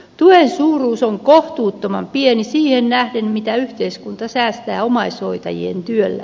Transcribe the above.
tuen suuruus on kohtuuttoman pieni siihen nähden mitä yhteiskunta säästää omaishoitajien työllä